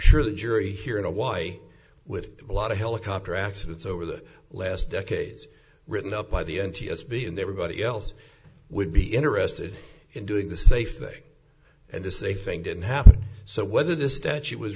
sure the jury here in hawaii with a lot of helicopter accidents over the last decades written up by the n t s b in their body else would be interested in doing the safe thing and this is a thing didn't happen so whether the statute was